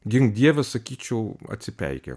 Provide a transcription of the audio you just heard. gink dieve sakyčiau atsipeikė